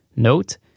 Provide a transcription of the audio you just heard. note